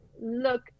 look